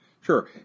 Sure